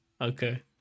Okay